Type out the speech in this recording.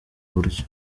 buryo